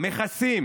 מכסים